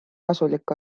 kasulik